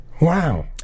wow